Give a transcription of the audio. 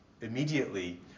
immediately